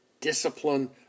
discipline